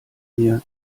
mir